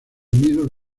nidos